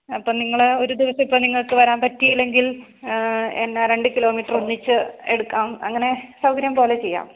അപ്പം നിങ്ങൾ ഒരിത് വെച്ച് ഇപ്പം നിങ്ങൾക്ക് വരാൻ പറ്റിയില്ലെങ്കിൽ എന്നാ രണ്ട് കിലോമീറ്ററൊന്നിച്ച് എടുക്കാം അങ്ങനെ സൗകര്യം പോലെ ചെയ്യാം